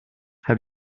have